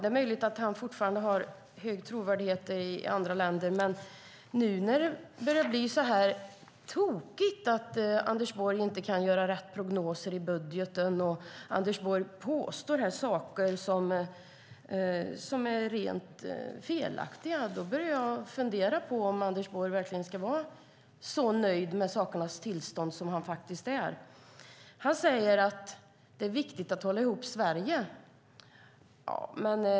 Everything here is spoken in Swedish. Det är möjligt att han fortfarande har hög trovärdighet i andra länder, men nu när det börjar bli så tokigt att Anders Borg inte kan göra rätt prognoser i budgeten och när Anders Borg påstår saker som är rent felaktiga börjar jag fundera på om Anders Borg verkligen ska vara så nöjd med sakernas tillstånd som han faktiskt är. Han säger att det är viktigt att hålla ihop Sverige.